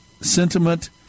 sentiment